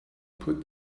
put